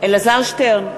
אלעזר שטרן,